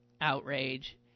outrage